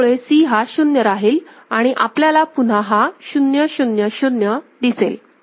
त्यामुळे C हा शून्य राहील आणि आपल्याला पुन्हा हा 000 दिसेल